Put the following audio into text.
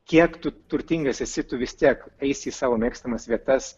kiek tu turtingas esi tu vis tiek eisi į savo mėgstamas vietas